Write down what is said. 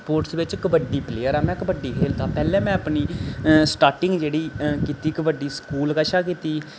sports बिच kabaddi player आं में कबड्डी खेढदा हा पैह्लें में अपनी स्टार्टिंग जेह्ड़ी कीती कबड्डी स्कूल कशा कीती